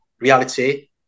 reality